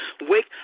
wake